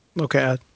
Okay